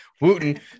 Wooten